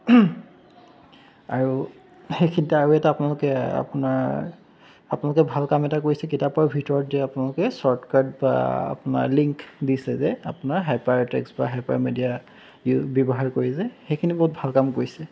আৰু সেইখিনিতে আৰু এটা আপোনালোকে আপোনাৰ আপোনালোকে ভাল কাম এটা কৰিছে কিতাপৰ ভিতৰত দিয়া আপোনালোকে চৰ্টকাট বা আপোনাৰ লিংক দিছে যে আপোনাৰ হাইপাৰ টেক্সট বা হাইপাৰ মেডিয়া ইউ ব্যৱহাৰ কৰি যে সেইখিনি বহুত ভাল কাম কৰিছে